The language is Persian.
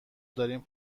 داریم